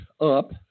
up